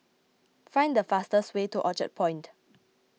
find the fastest way to Orchard Point